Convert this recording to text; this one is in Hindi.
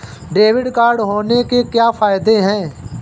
डेबिट कार्ड होने के क्या फायदे हैं?